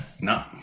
No